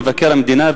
מבקר המדינה,